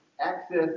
access